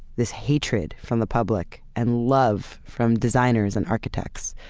this hatred from the public and love from designers and architects,